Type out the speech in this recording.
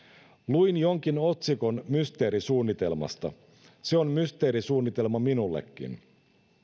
luin jonkin otsikon mysteerisuunnitelmasta se on mysteerisuunnitelma minullekin